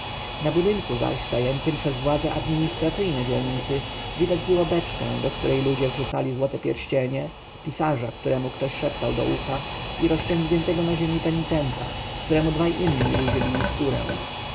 na budynku zaś zajętym przez władze administracyjne dzielnicy widać było beczkę do której ludzie rzucali złote pierścienie pisarza któremu ktoś szeptał do ucha i rozciągniętego na ziemi penitenta któremu dwaj inni ludzie bili skórę